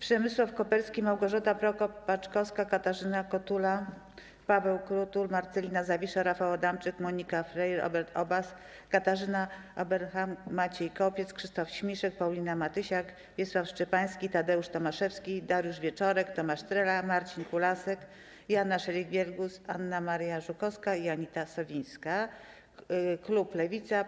Przemysław Koperski, Małgorzata Prokop-Paczkowska, Katarzyna Kotula, Paweł Krutul, Marcelina Zawisza, Rafał Adamczyk, Monika Falej, Robert Obaz, Katarzyna Ueberhan, Maciej Kopiec, Krzysztof Śmiszek, Paulina Matysiak, Wiesław Szczepański, Tadeusz Tomaszewski, Dariusz Wieczorek, Tomasz Trela, Marcin Kulasek, Joanna Scheuring-Wielgus, Anna Maria Żukowska i Anita Sowińska z klubu Lewica.